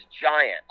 giant